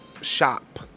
shop